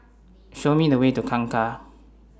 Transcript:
Show Me The Way to Kangkar